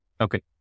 Okay